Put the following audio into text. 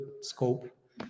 scope